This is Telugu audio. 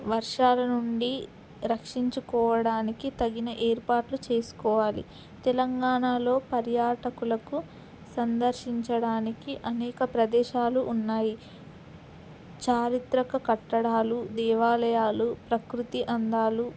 వర్షాల నుండి రక్షించుకోవడానికి తగిన ఏర్పాట్లు చేసుకోవాలి తెలంగాణలో పర్యాటకులకు సందర్శించడానికి అనేక ప్రదేశాలు ఉన్నాయి చారిత్రక కట్టడాలు దేవాలయాలు ప్రకృతి అందాలు